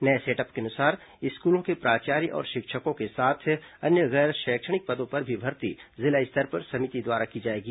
नये सेटअप के अनुसार स्कूलों के प्राचार्य और शिक्षकों के साथ अन्य गैर शैक्षणिक पदों पर भी भर्ती जिला स्तर पर समिति द्वारा की जाएगी